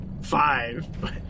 five